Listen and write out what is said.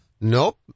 Nope